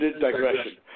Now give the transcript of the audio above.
digression